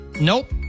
Nope